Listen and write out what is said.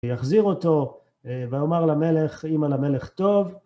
יחזיר אותו ויאמר למלך, אם על המלך טוב..